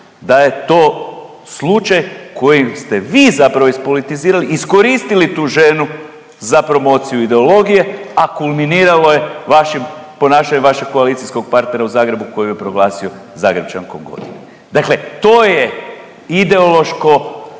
da je to slučaj koji ste vi zapravo ispolitizirali, iskoristili tu ženu za promociju ideologije, a kulminiralo je vašim ponašanjem vašeg koalicijskog partnera u Zagrebu koji je proglasio Zagrepčankom godine. Dakle, to je ideološko